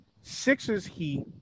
Sixers-Heat